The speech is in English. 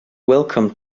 welcome